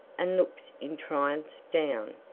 and looks in triumph down.